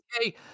hey